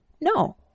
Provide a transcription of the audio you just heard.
No